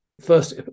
first